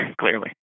Clearly